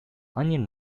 onion